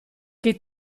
che